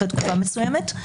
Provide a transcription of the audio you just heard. אחרי תקופה מסוימת.